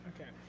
Okay